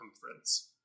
circumference